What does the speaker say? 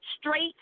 straight